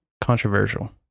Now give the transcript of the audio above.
controversial